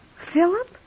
Philip